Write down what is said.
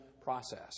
process